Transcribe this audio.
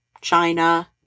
china